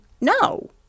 no